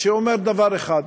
שאומר דבר אחד,